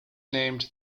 named